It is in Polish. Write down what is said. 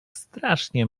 strasznie